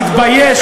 תתבייש.